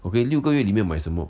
okay 六个月里面买什么